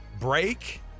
break